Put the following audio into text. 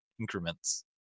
increments